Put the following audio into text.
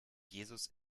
jesus